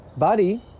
body